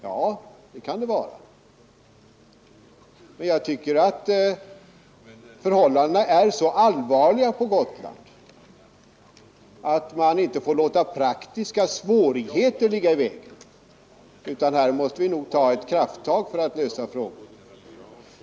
Ja, men jag tycker förhållandena är så allvarliga på Gotland att man inte får låta praktiska svårigheter ligga i vägen. Vi måste nog ta ett krafttag för att lösa frågan.